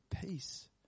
peace